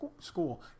school